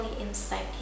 inside